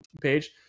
page